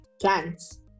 plants